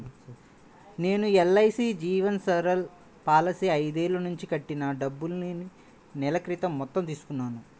నేను ఎల్.ఐ.సీ జీవన్ సరల్ పాలసీలో పదేళ్ళ నుంచి కట్టిన డబ్బుల్ని నెల క్రితం మొత్తం తీసుకున్నాను